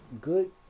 good